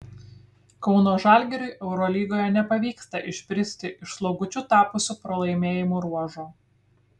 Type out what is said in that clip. kauno žalgiriui eurolygoje nepavyksta išbristi iš slogučiu tapusio pralaimėjimų ruožo